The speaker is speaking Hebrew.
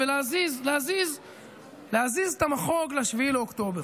להזיז את המחוג ל-7 באוקטובר,